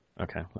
Okay